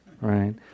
right